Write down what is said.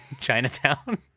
Chinatown